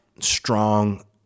strong